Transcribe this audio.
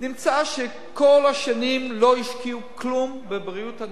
נמצא שכל השנים לא השקיעו כלום בבריאות הנפש,